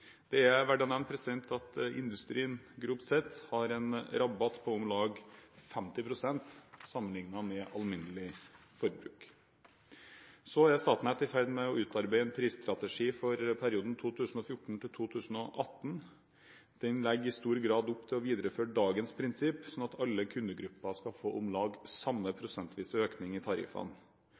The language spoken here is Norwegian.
Det er verdt å nevne at industrien grovt sett har en rabatt på om lag 50 pst., sammenliknet med alminnelig forbruk. Statnett er i ferd med å utarbeide en prisstrategi for perioden 2014–2018. Den legger i stor grad opp til å videreføre dagens prinsipp, slik at alle kundegrupper skal få om lag samme prosentvise økning i tariffene.